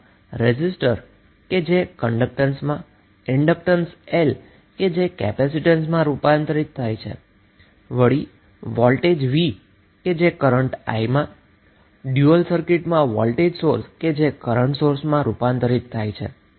resistor R કન્ડક્ટન્સમાં રૂપાંતરિત થાય છે ઈન્ડક્ટન્સ L કેપેસિટન્સમાં રૂપાંતરિત થાય છે વોલ્ટજ V કરન્ટ I માં રૂપાંતરિત થાય છે સોર્સની ડયુઅલ સર્કિટમાં વોલ્ટેજ સોર્સ એ કરન્ટ સોર્સમાં રૂપાંતરિત થાય છે